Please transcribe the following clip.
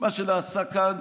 מה שנעשה כאן